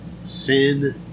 sin